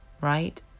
right